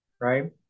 right